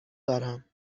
دارم